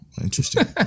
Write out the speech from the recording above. Interesting